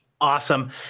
Awesome